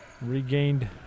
regained